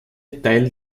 teil